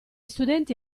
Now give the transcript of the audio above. studenti